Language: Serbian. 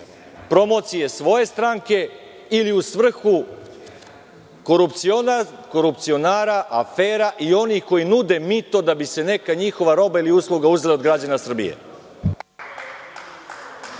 promocije svoje stranke ili u svrhu korupcionara, afera i onih koji nude mito da bi se neka njihova roba ili usluga uzela od građana Srbije?